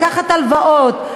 לקחת הלוואות,